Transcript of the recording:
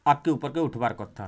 ଆଗ୍କେ ଉପର୍କେ ଉଠ୍ବାର୍ କଥା